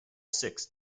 six